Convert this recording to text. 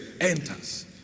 enters